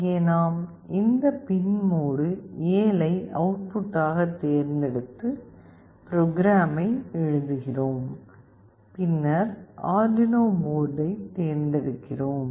இங்கே நாம் இந்த பின் மோடு 7 ஐ அவுட்புட்டாகத் தேர்ந்தெடுத்து ப்ரோக்ராமை எழுதுகிறோம் பின்னர் ஆர்டுயினோ போர்டைத் தேர்ந்தெடுக்கிறோம்